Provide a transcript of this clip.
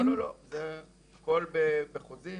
לא, לא, הכל בחוזה ובתשלום.